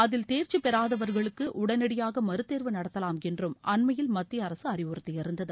அதில் தேர்ச்சி பெறாதவர்களுக்கு உடனடியாக மறுத்தேர்வு நடத்தலாம் என்றும் அண்மையில் மத்திய அரசு அறிவுறுத்தியிருந்தது